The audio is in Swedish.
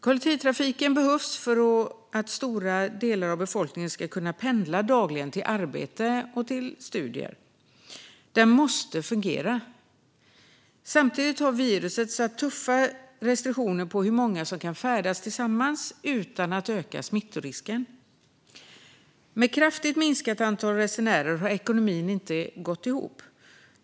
Kollektivtrafiken behövs för att stora delar av befolkningen dagligen ska kunna pendla till arbete och studier. Den måste fungera. Samtidigt har viruset inneburit tuffa restriktioner för hur många som kan färdas tillsammans utan att öka smittorisken. Med kraftigt minskat antal resenärer har ekonomin inte gått ihop.